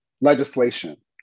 legislation